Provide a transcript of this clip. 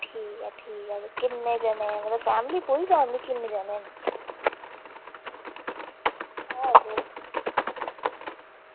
ठीक ऐ ठीक ऐ ते किन्ने जने मतलब फैमिली पूरी फैमिली किन्ने जने न